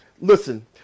listen